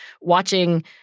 watching